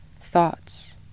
thoughts